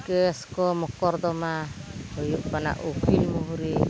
case ᱠᱚ ᱢᱚᱠᱚᱨᱫᱚᱢᱟ ᱦᱩᱭᱩᱜ ᱠᱟᱱᱟ ᱩᱠᱤᱞ ᱢᱩᱦᱩᱨᱤ